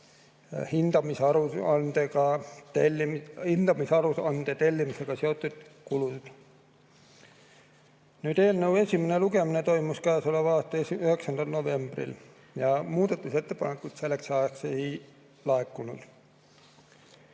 hindamisaruande tellimisega seotud kulud. Eelnõu esimene lugemine toimus käesoleva aasta 9. novembril ja muudatusettepanekuid selleks ajaks ei laekunud.